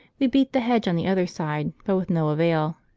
we beat the hedge on the other side, but with no avail.